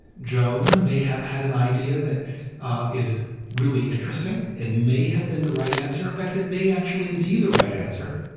joan may have had an idea that is really interesting. it and may have been the right answer. in fact, it may actually be the right answer,